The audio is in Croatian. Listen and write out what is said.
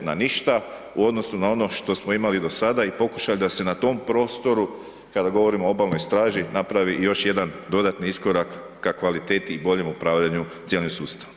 na ništa u odnosu na ono što smo imali do sada i pokušaj da se na tom prostoru kada govorimo o Obalnoj straži, napravi još jedan dodatni iskorak ka kvaliteti i boljem upravljanju cijelim sustavom.